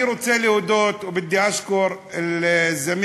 אני רוצה להודות, בדי אשכור לזמיל,